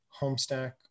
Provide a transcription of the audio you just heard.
Homestack